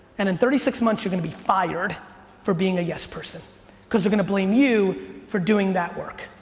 and in thirty six months you're gonna be fired for being a yes person cause they're gonna blame you for doing that work,